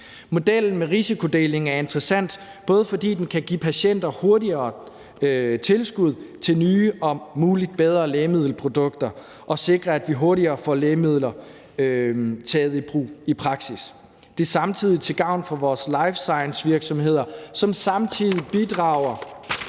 Modellen med risikodeling er interessant, både fordi den hurtigere kan give patienter tilskud til nye og muligvis bedre lægemiddelprodukter og sikre, at vi hurtigere får lægemidler taget i brug i praksis. Det er samtidig til gavn for vores life science-virksomheder, som også bidrager